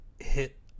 hit